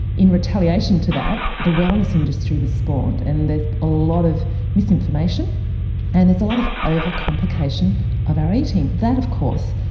in retaliation to that the wellness industry was formed, and there's a lot of misinformation and there's a lot of over-complication of our eating. that, of course,